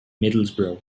middlesbrough